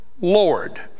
Lord